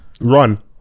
run